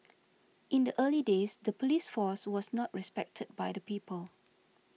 in the early days the police force was not respected by the people